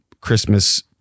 Christmas